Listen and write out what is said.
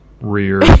rear